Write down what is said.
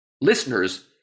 listeners